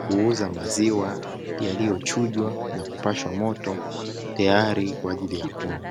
kuuza maziwa yaliyochujwa na kupashwa moto, tayari kwa ajili ya kunywa.